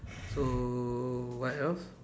so what else